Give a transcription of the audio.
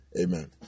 Amen